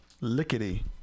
Lickety